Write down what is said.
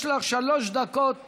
יש לך שלוש דקות